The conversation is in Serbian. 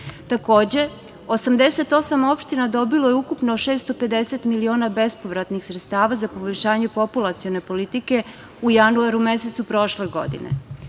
godini. Takođe, 88 opština dobilo je ukupno 650 miliona bespovratnih sredstava za poboljšanje populacione politike u januaru mesecu prošle godine.